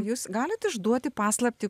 jūs galit išduoti paslaptį